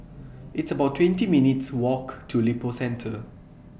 It's about twenty minutes' Walk to Lippo Centre